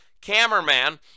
cameraman